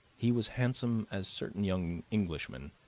he was handsome as certain young englishmen,